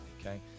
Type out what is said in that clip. okay